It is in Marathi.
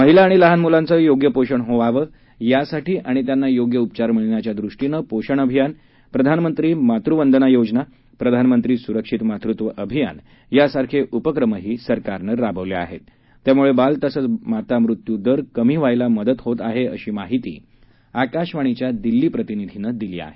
महिला आणि लहान मुलांचं योग्य पोषण होण्यासाठी आणि त्यांना योग्य उपचार मिळण्याच्या दृष्टीनं पोषण अभियान प्रधानमंत्री मातृ वंदना योजना प्रधानमंत्री सुरक्षित मातृत्व अभियान यासारखे उपक्रमही सरकारनं राबवले आहेत त्यामुळे बाल तसच मातामृत्यू दर कमी व्हायला मदत होत आहे अशी माहिती आकाशवाणीच्या दिल्ली प्रतिनिधीनं दिली आहे